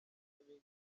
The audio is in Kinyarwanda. n’ibindi